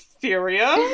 serious